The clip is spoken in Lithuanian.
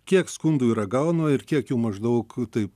kiek skundų yra gaunu ir kiek jų maždaug taip